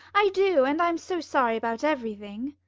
i do. and i'm so sorry about everything.